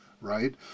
right